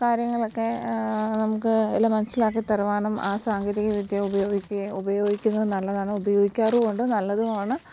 കാര്യങ്ങളൊക്കെ നമുക്ക് എല്ലാം മനസ്സിലാക്കി തരുവാനും ആ സാങ്കേതിക വിദ്യ ഉപയോഗിക്ക്യേ ഉപയോഗിക്കുന്നത് നല്ലതാണ് ഉപയോഗിക്കാറുമുണ്ട് നല്ലതുമാണ്